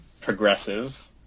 progressive